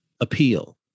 appeal